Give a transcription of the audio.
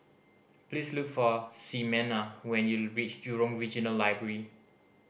please look for Ximena when you reach Jurong Regional Library